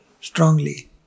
strongly